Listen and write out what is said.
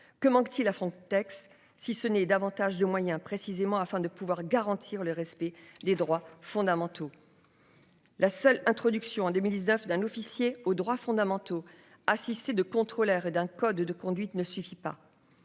Que manque-t-il à Frontex. Si ce n'est davantage de moyens précisément afin de pouvoir garantir le respect des droits fondamentaux. La seule introduction en 2019 d'un officier aux droits fondamentaux, assisté de contrôleurs et d'un code de conduite ne suffit pas.